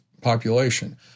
population